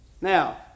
Now